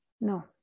No